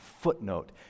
footnote